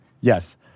Yes